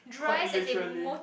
quite literally